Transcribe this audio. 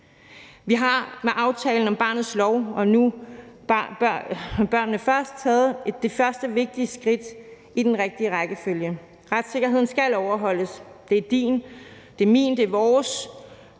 Vi har med barnets lov og »Børnene Først« taget det første vigtige skridt i den rigtige rækkefølge. Retssikkerheden skal overholdes, det er din, det er min, det er vores.